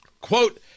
Quote